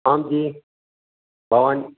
आं जि भवान्